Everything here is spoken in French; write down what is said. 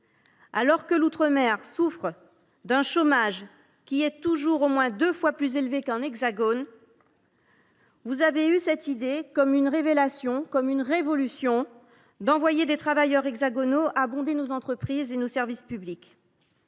Alors que l’outre mer souffre d’un taux de chômage qui est toujours au moins deux fois plus élevé qu’en Hexagone, vous avez eu l’idée – quelle révélation, quelle révolution !– d’envoyer des travailleurs hexagonaux abonder nos entreprises et nos services publics.